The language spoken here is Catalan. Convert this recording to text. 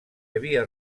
havia